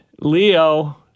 Leo